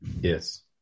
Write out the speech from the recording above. Yes